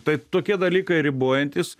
tai tokie dalykai ribojantys